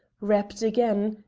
rapped again,